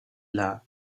love